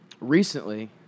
Recently